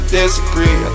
disagree